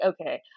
okay